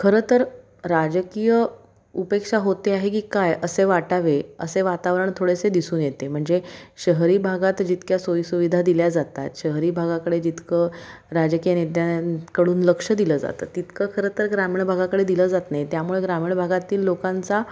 खरं तर राजकीय उपेक्षा होते आहे की काय असे वाटावे असे वातावरण थोडेसे दिसून येते म्हणजे शहरी भागात जितक्या सोयीसुविधा दिल्या जातात शहरी भागाकडे जितकं राजकीय नेत्यांकडून लक्ष दिलं जातं तितकं खरं तर ग्रामीण भागाकडे दिलं जात नाही त्यामुळे ग्रामीण भागातील लोकांचा